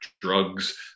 drugs